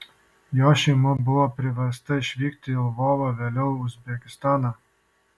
jo šeima buvo priversta išvykti į lvovą vėliau į uzbekistaną